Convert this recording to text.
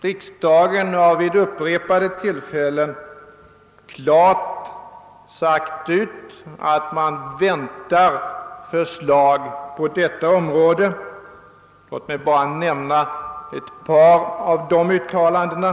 Riksdagen har också vid upprepade tillfällen klart sagt ut att man väntar förslag på detta område. Låt mig bara nämna ett par av de uttalandena.